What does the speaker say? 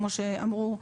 כמו שאמרו,